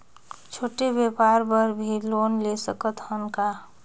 छोटे व्यापार बर भी लोन ले सकत हन का?